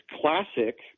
classic